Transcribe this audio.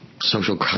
social